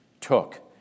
took